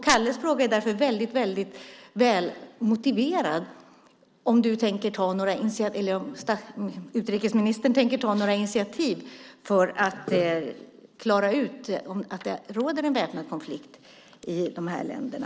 Kalles fråga är därför väldigt väl motiverad: Kommer utrikesministern att ta några initiativ för att klara ut att det råder en väpnad konflikt i de här länderna?